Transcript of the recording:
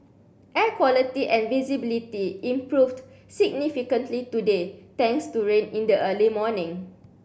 air quality and visibility improved significantly today thanks to rain in the early morning